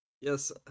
Yes